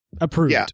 Approved